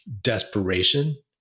desperation